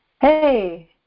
Hey